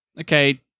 Okay